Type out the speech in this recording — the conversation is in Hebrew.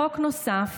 חוק נוסף,